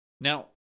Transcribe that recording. Now